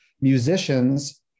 musicians